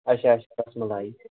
اَچھا اَچھا رَس ملایی